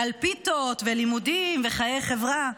על פיתות ולימודים וחיי חברה.